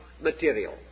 material